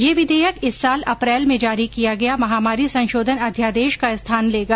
यह विधेयक इस साल अप्रैल में जारी किया गया महामारी संशोधन अध्यादेश का स्थान लेगा